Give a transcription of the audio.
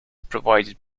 provided